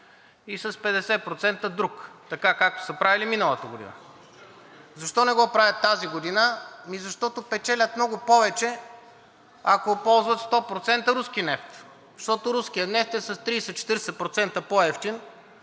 и 50% друг, така както са правили миналата година. Защо не го правят тази година? Защото печелят много повече, ако ползват 100% руски нефт, защото руският нефт е с 30 – 40% по-евтин,